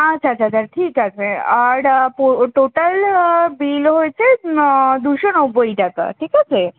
আচ্ছা আচ্ছা আচ্ছা ঠিক আছে আর পো টোটাল বিল হয়েছে দুশো নব্বই টাকা ঠিক আছে